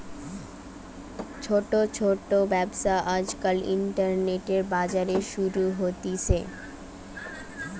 ছোট ছোট ব্যবসা আজকাল ইন্টারনেটে, বাজারে শুরু হতিছে